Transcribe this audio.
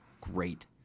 great